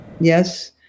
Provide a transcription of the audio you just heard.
yes